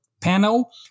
panel